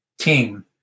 team